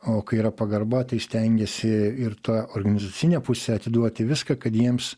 o kai yra pagarba tai stengiesi ir ta organizacine puse atiduoti viską kad jiems